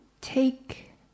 Take